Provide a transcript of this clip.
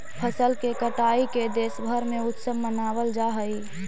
फसल के कटाई के देशभर में उत्सव मनावल जा हइ